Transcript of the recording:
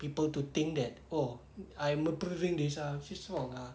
people to think that oh I'm approving this ah it feels wrong ah